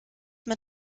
mit